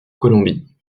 colombie